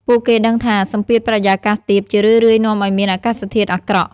ពួកគេដឹងថា សម្ពាធបរិយាកាសទាប ជារឿយៗនាំឱ្យមានអាកាសធាតុអាក្រក់។